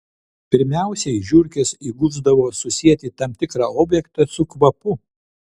pirmiausiai žiurkės įgusdavo susieti tam tikrą objektą su kvapu